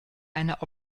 einer